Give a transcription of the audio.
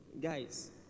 guys